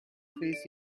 face